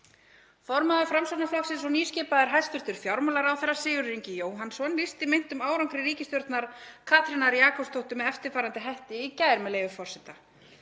Formaður Framsóknarflokksins og nýskipaður hæstv. fjármálaráðherra, Sigurður Ingi Jóhannsson, lýsti meintum árangri ríkisstjórnar Katrínar Jakobsdóttur með eftirfarandi hætti í gær, með leyfi forseta: